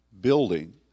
building